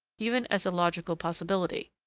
even as a logical possibility.